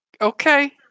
Okay